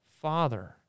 Father